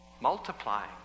Multiplying